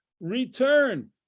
return